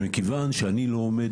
מכיוון שאני לא עומד